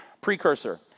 precursor